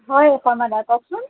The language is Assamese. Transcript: হয় শৰ্মা দা কওকচোন